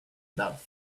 about